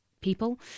people